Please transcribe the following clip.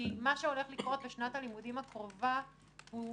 כי מה שהולך לקרות בשנת הלימודים הקרובה הוא